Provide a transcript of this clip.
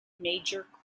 major